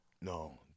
no